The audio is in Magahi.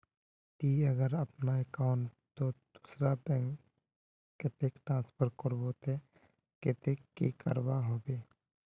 ती अगर अपना अकाउंट तोत दूसरा बैंक कतेक ट्रांसफर करबो ते कतेक की करवा होबे बे?